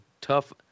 tough